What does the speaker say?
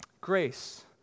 grace